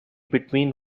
between